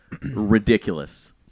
ridiculous